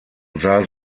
sah